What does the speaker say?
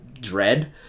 dread